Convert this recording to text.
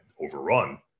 overrun